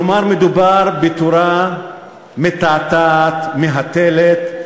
כלומר, מדובר בתורה מתעתעת, מהתלת,